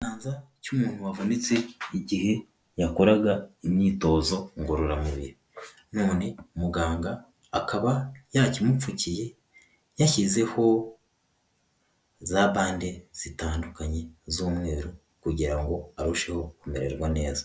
Ikiganza cy'umuntu wavunitse igihe yakoraga imyitozo ngororamubiria, none muganga akaba yakimupfukiye yashyizeho za bande zitandukanye z'umweru kugira ngo arusheho kumererwa neza.